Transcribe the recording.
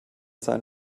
seinen